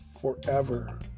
forever